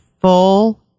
full